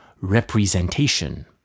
Representation